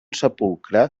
sepulcre